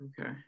okay